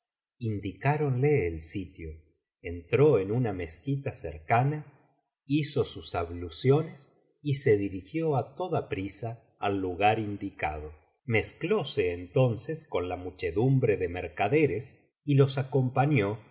funerales indicáronle el sitio entró en una mezquita cercana hizo sus abluciones y se dirigió á toda prisa al lugar indicado mezclóse entonces con la muchedumbre de mercaderes y los acompañó á